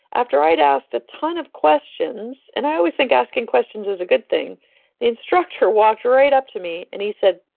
after i had asked a ton of questions, and i always think asking questions is a good thing, the instructor walked right up to me, and he said,